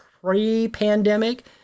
pre-pandemic